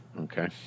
Okay